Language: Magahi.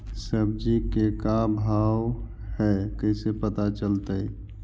सब्जी के का भाव है कैसे पता चलतै?